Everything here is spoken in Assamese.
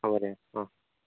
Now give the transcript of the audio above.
হ'ব দে অ